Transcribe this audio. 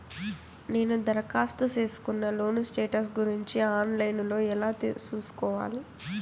నేను దరఖాస్తు సేసుకున్న లోను స్టేటస్ గురించి ఆన్ లైను లో ఎలా సూసుకోవాలి?